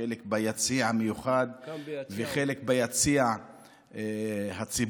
חלק ביציע המיוחד וחלק ביציע הציבור,